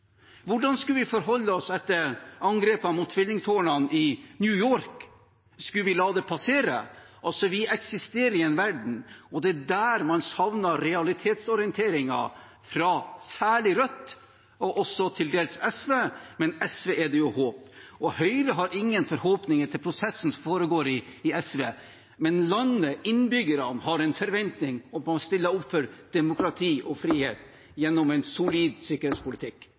Hvordan skulle vi forholde oss etter angrepene mot tvillingtårnene i New York? Skulle vi la det passere? Vi eksisterer i en verden, og det er der man savner realitetsorienteringen fra særlig Rødt, og også til dels fra SV, men for SV er det jo håp. Høyre har ingen forhåpninger til prosessen foregår i SV, men landet – innbyggerne – har en forventning om at man stiller opp for demokrati og frihet gjennom en solid sikkerhetspolitikk.